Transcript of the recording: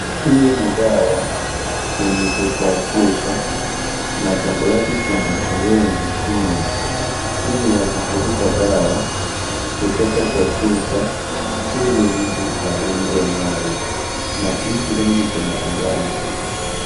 Hii ni dawa yenye iko kwa chupa na kando yake kuna sirenji chini. Hii ni ya kuvuruta dawa kutoka kwa chupa ili mtu adungwe nayo na hii sirenji iko na sindano.